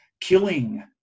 killing